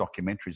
documentaries